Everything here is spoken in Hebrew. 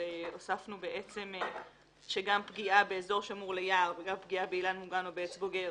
הוספנו שגם פגיעה באזור שמור ליער וגם פגיעה באילן או בעץ בוגר